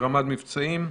רמ"ד מבצעים?